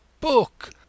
book